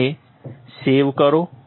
તેને સેવ કરો